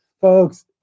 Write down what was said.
Folks